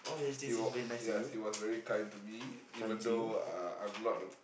he wa~ ya he was very kind to me even though uh I'm not the